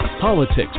politics